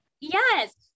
yes